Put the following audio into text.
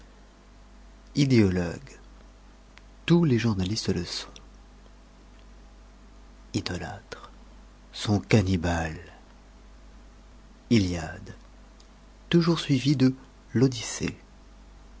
idéologues tous les journalistes le sont idolâtres sont cannibales iliade toujours suivie de l'odyssée